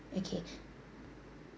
okay